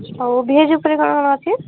ଆଉ ଭେଜ୍ ଉପରେ କଣ କଣ ଅଛି